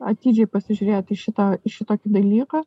atidžiai pasižiūrėt į šitą į šitokį dalyką